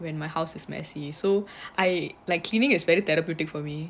when my house is messy so I like cleaning is very therapeutic for me